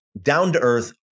down-to-earth